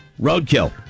Roadkill